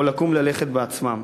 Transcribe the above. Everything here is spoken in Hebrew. או לקום וללכת בעצמם.